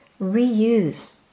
reuse